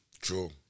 True